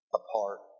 apart